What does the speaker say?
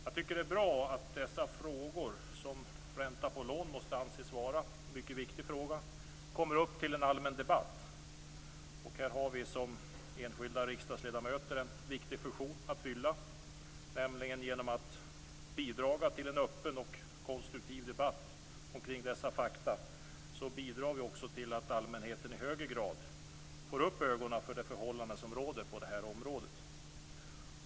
Jag tycker att det är bra att den mycket viktiga fråga som ränta på lån måste anses vara kommer upp till allmän debatt. Vi har här som enskilda riksdagsledamöter en viktig funktion att fylla. Genom att bidra till en öppen och konstruktiv debatt om fakta på området bidrar vi till att allmänheten i högre grad får upp ögonen för de förhållanden som råder.